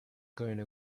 going